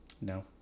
No